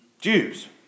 Jews